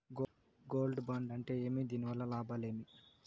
Gold bond అంటే ఏమి? దీని వల్ల లాభాలు ఏమి?